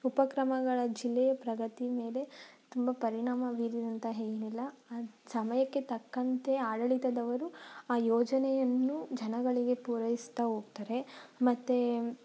ಉಪಕ್ರಮಗಳ ಜಿಲ್ಲೆ ಪ್ರಗತಿ ಮೇಲೆ ತುಂಬ ಪರಿಣಾಮ ಬೀರಿದಂತ ಏನಿಲ್ಲ ಅದು ಸಮಯಕ್ಕೆ ತಕ್ಕಂತೆ ಆಡಳಿತದವರು ಆ ಯೋಜನೆಯನ್ನು ಜನಗಳಿಗೆ ಪೂರೈಸ್ತಾ ಹೋಗ್ತಾರೆ ಮತ್ತು